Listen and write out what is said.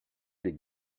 des